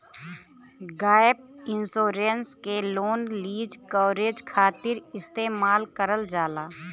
gap insurance के loan lease coverage खातिर इस्तेमाल करल जाला